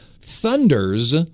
Thunder's